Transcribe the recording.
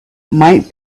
might